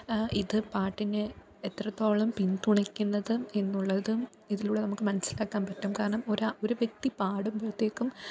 ഇത് പാട്ടിനെ എത്രത്തോളം പിന്തുണയ്ക്കുന്നത് എന്നുള്ളതും ഇതിലൂടെ നമുക്ക് നമസ്സിലാക്കാൻ പറ്റും കാരണം ഒര് ഒരു വ്യക്തി പാടുമ്പോഴത്തേക്കും